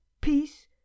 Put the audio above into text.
peace